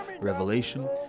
revelation